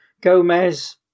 Gomez